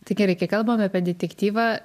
tai gerai kai kalbam apie detektyvą